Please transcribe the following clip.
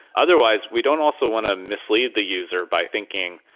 otherwise we don't also want to mislead the user by thinking,